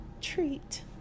treat